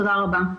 תודה רבה.